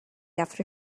after